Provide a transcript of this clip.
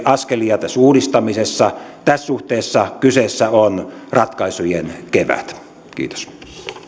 askelia tässä uudistamisessa tässä suhteessa kyseessä on ratkaisujen kevät kiitos